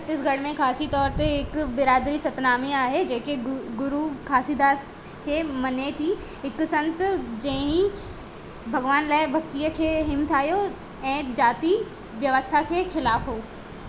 छत्तीसगढ़ में ख़ासी तौर ते हिकु बिरादरी सतनामी आहे जेका गुरु घासीदास खे मञे थी हिकु संत जंहिं भॻवान लाइ भॻितीअ खे हिमथायो ऐं जाती व्यवस्था जे ख़िलाफ़ु हो